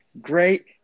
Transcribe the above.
great